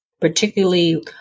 particularly